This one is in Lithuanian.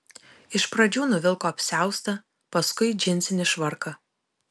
iš pradžių nuvilko apsiaustą paskui džinsinį švarką